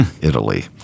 Italy